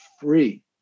free